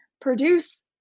produce